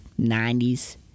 90s